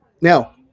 Now